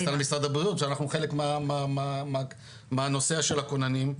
היא עשתה על משרד הבריאות שאנחנו חלק מהנושא של הכוננים,